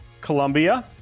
Colombia